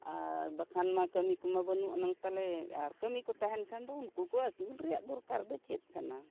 ᱟᱨ ᱵᱟᱠᱷᱟᱱ ᱢᱟ ᱠᱟᱹᱢᱤ ᱠᱚᱢᱟ ᱵᱟᱹᱱᱩᱜ ᱟᱱᱟᱝ ᱛᱟᱞᱮ ᱟᱨ ᱠᱟᱹᱢᱤ ᱠᱚ ᱛᱟᱦᱮᱱ ᱠᱷᱟᱱ ᱫᱚ ᱩᱱᱠᱩ ᱠᱚ ᱟᱹᱥᱩᱞ ᱨᱮᱭᱟᱜ ᱫᱚᱨᱠᱟᱨ ᱫᱚ ᱪᱮᱫ ᱠᱟᱱᱟ